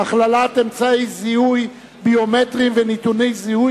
הכללת אמצעי זיהוי ביומטריים ונתוני זיהוי